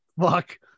fuck